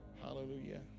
Hallelujah